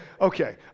Okay